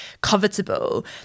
covetable